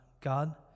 God